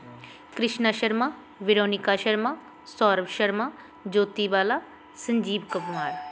Krishna Sharma Veronica Sharma Saurav Sharma Jyoti Bala Sanjeev Kumar